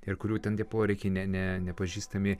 ir kurių ten poreikiai ne ne nepažįstami